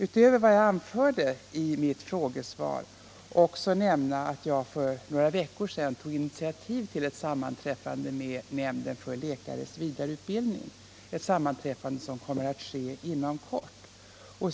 Utöver vad jag anförde i mitt frågesvar kan jag nämna att jag för några veckor sedan tog initiativ till ett sammanträffande med nämnden för läkares vidareutbildning, ett sammanträffande som kommer att ske inom kort.